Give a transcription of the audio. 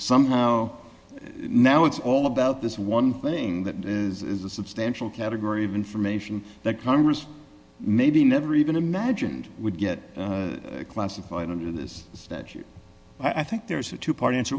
somehow now it's all about this one thing that is a substantial category of information that congress maybe never even imagined would get classified under this statute i think there's a two part